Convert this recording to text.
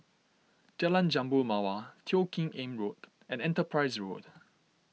Jalan Jambu Mawar Teo Kim Eng Road and Enterprise Road